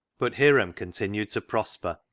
but hiram continued to prosper,